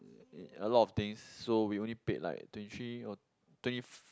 a lot of things so we only paid like twenty three or twenty f~